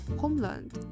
homeland